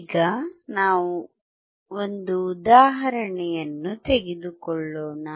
ಈಗ ನಾವು ಒಂದು ಉದಾಹರಣೆಯನ್ನು ತೆಗೆದುಕೊಳ್ಳೋಣ